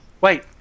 wait